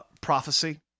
prophecy